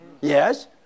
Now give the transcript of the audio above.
yes